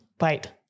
Wait